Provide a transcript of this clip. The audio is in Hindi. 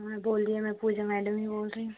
हाँ बोलिए मैं पूजा मैडम ही बोल रही हूँ